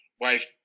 wife